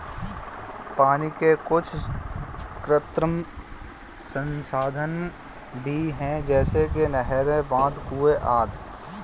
पानी के कुछ कृत्रिम संसाधन भी हैं जैसे कि नहरें, बांध, कुएं आदि